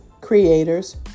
creators